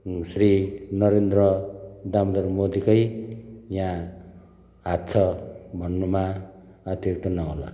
श्री नरेन्द्र दामोदर मोदी कै यहाँ हात छ भन्नुमा अत्युक्ति नहोला